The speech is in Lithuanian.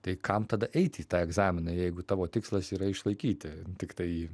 tai kam tada eiti į tą egzaminą jeigu tavo tikslas yra išlaikyti tiktai jį